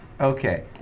Okay